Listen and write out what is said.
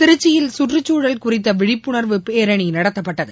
திருச்சியில் சுற்றுச்சூழல் குறித்த விழிப்புணர்வு பேரணி நடத்தப்பட்டது